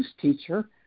teacher